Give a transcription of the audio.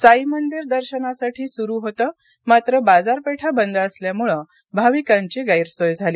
साईमंदिर दर्शनासाठी सुरू होतं मात्र बाजारपेठ बंद असल्यामुळे भाविकांची गैरसोय झाली